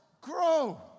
grow